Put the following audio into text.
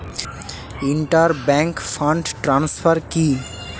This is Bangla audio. ইন্টার ব্যাংক ফান্ড ট্রান্সফার কি?